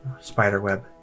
spiderweb